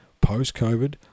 post-COVID